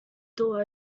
door